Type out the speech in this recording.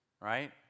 Right